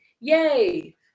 yay